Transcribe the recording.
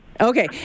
Okay